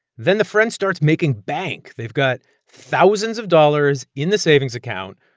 then the friend starts making bank. they've got thousands of dollars in the savings account.